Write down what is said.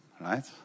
Right